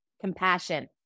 Compassion